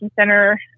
center